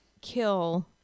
kill